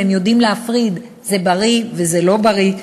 והם יודעים להפריד: זה בריא וזה לא בריא,